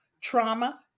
trauma